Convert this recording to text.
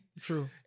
True